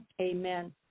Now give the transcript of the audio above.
amen